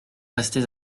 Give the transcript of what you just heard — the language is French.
restés